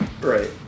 Right